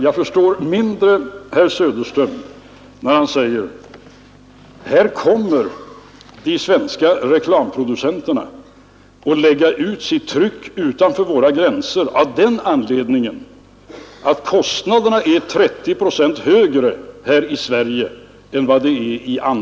Jag kan mindre förstå herr Söderström när han säger att de svenska reklamproducenterna kommer att lägga ut sitt tryck utanför de svenska gränserna därför att kostnaderna är 30 procent högre i Sverige än i andra länder.